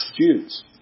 Jews